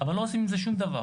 אבל לא עושים עם זה שום דבר.